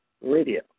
Radio